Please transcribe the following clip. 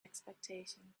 expectations